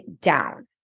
down